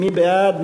מי בעד?